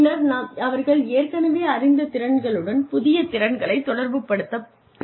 பின்னர் நாம் அவர்கள் ஏற்கனவே அறிந்த திறன்களுடன் புதிய திறன்களை தொடர்புப்படுத்தலாம்